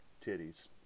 Titties